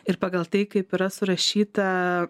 ir pagal tai kaip yra surašyta